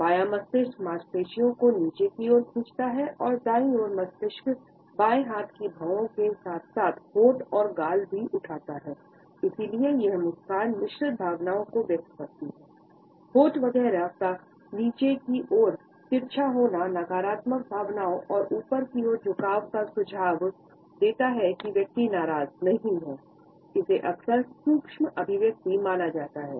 बायां मस्तिष्क मांसपेशियों को नीचे की ओर खींचता है और दाईं ओर मस्तिष्क बाएं हाथ की भौंहों के साथ साथ होंठ और गाल भी उठाता है इसलिए होंठ वगैरह का नीचे की ओर तिरछा होना नकारात्मक भावनाओं और ऊपर की ओर झुकाव का सुझाव देता है कि व्यक्ति नाराज नहीं है